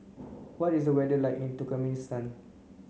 what is the weather like in Turkmenistan